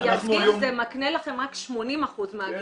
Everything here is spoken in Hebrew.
אנחנו היום -- אני אזכיר זה מקנה לכם רק 80% מהגמלה,